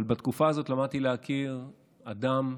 אבל בתקופה הזאת למדתי להכיר אדם,